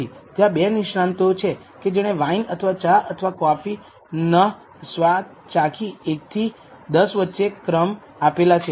ત્યાં બે નિષ્ણાંતો છે કે જેણે વાઈન અથવા ચા અથવા કોફી ન સ્વાદ ચાખી 1 થી 10 વચ્ચે ક્રમ આપેલા છે